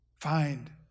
find